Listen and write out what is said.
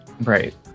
Right